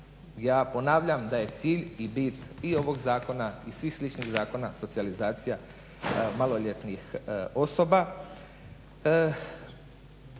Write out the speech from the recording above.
ja ponavljam da je cilj i bit i ovog zakona i svih sličnih zakona socijalizacija maloljetnih osoba.